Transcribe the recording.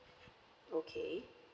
okay